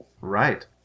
Right